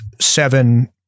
seven